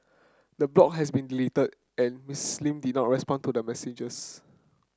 the blog has been deleted and Miss Lee did not respond to messages